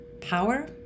power